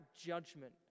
judgment